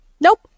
nope